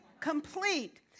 Complete